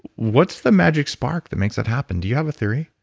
what's the magic spark that makes that happen? do you have a theory?